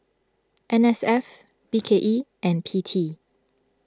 N S F B K E and P T